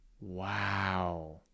Wow